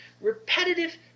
repetitive